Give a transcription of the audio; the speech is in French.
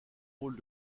rôle